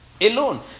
alone